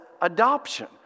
adoption